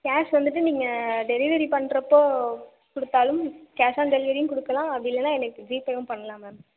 cash வந்துட்டு நீங்கள் delivery பண்ணுறப்போ கொடுத்தாலும் கேஷ் ஆன் டெலிவரியும் கொடுக்கலாம் அப்படி இல்லைன்னா எனக்கு ஜிபேவும் பண்ணலாம் மேம்